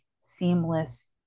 seamless